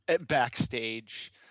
backstage